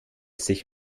sich